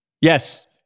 yes